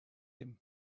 him